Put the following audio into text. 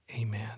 Amen